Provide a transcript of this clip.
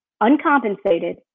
uncompensated